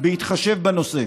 בהתחשב בנושא.